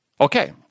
Okay